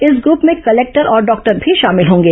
इस ग्रुप में कलेक्टर और डॉक्टर भी शामिल होंगे